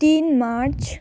तिन मार्च